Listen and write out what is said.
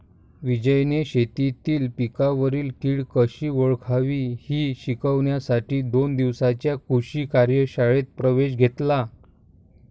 विजयने शेतीतील पिकांवरील कीड कशी ओळखावी हे शिकण्यासाठी दोन दिवसांच्या कृषी कार्यशाळेत प्रवेश घेतला